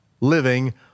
living